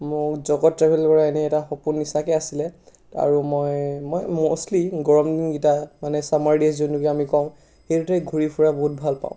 মোৰ জগৎ ট্ৰেভেল কৰা এনে এটা সপোন নিচিনাকৈ আছিলে আৰু মই মই ম'ষ্টলি গৰম দিন কেইটা মানে ছামাৰ ডেইজ যোনকেইটা আমি কওঁ সেইটোতে ঘূৰি ফুৰা বহুত ভাল পাওঁ